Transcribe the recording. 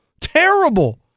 Terrible